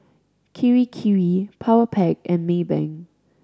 Kirei Kirei Powerpac and Maybank